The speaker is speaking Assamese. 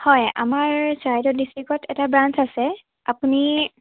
হয় আমাৰ চৰাইদেউ ডিষ্ট্ৰিক্টত এটা ব্ৰাঞ্চ আছে আপুনি